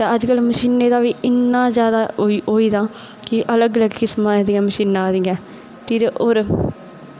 ते अज्जकल मशीनै दा बी इन्ना जादा होई गेदा की अलग अलग किसम दियां मशीनां आई दियां फिर होर